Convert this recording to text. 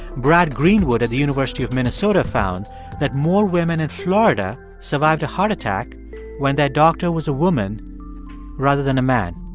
brad greenwood at the university of minnesota found that more women in florida survived a heart attack when their doctor was a woman rather than a man